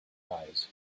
eyes